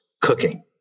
cooking